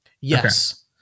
Yes